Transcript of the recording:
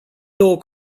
două